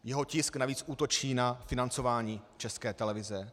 Jeho tisk navíc útočí na financování České televize.